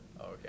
Okay